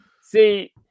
see